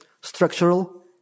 structural